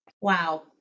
Wow